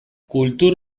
kultur